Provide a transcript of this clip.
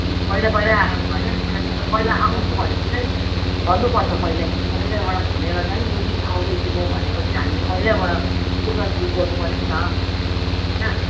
पहिला पहिला होइन नि पहिला कि त आउँछु भनेर चाहिँ भन्नुपर्छ पहिल्यै पहिल्यैबाट भनेर चाहिँ यो दिन आउँदैछु म भनेपछि चाहिँ हामी पहिल्यैबाट टिकट बुक गर्नुपऱ्यो नि त होइन